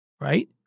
right